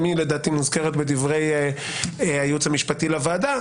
גם היא לדעתי מוזכרת בדברי הייעוץ המשפטי לוועדה,